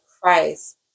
Christ